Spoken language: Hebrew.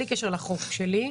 בלי קשר לחוק שלי,